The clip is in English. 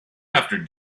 after